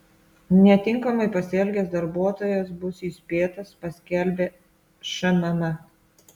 netinkamai pasielgęs darbuotojas bus įspėtas paskelbė šmm